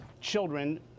children